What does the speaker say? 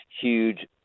huge